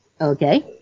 Okay